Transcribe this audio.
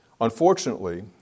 Unfortunately